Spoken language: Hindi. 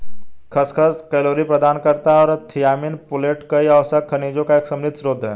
खसखस कैलोरी प्रदान करता है और थियामिन, फोलेट और कई आवश्यक खनिजों का एक समृद्ध स्रोत है